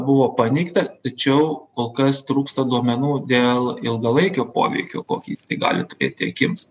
buvo paneigta tačiau kol kas trūksta duomenų dėl ilgalaikio poveikio kokį tai gali turėti akims